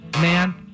Man